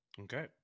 Okay